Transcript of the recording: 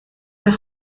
der